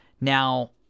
now